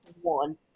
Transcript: one